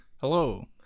Hello